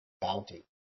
bounty